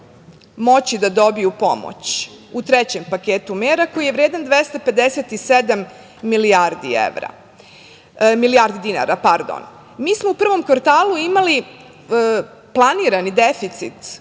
moći da dobiju pomoć u trećem paketu mera koji je vredan 257 milijardi dinara. Mi smo u prvom kvartalu imali planirani deficit